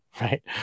Right